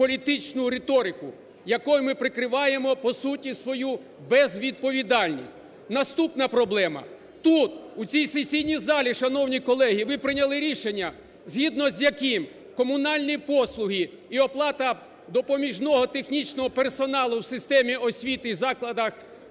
політичну риторику, якою ми прикриваємо, по суті, свою безвідповідальність. Наступна проблема. Тут у цій сесійній залі, шановні колеги, ви прийняли рішення, згідно з яким комунальні послуги і оплата допоміжного технічного персоналу у системі освіти і закладах